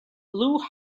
blue